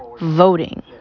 voting